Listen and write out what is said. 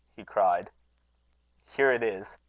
he cried here it is.